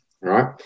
right